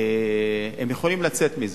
הם יכולים לצאת מזה.